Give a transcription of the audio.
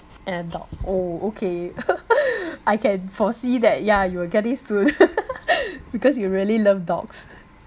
and a dog oh okay I can foresee that ya you will get this through because you really love dogs